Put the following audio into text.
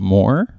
More